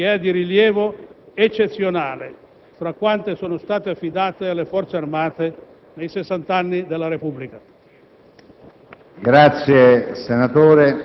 La sua irriducibile fede europeista e quella del suo successore, Giorgio Napolitano, indicano la strada diritta che l'Italia deve seguire